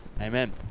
amen